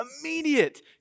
Immediate